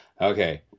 Okay